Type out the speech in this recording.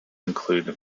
include